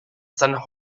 san